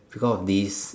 because of this